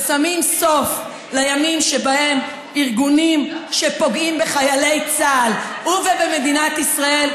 ושמים סוף לימים שבהם ארגונים שפוגעים בחיילי צה"ל ובמדינת ישראל,